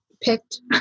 picked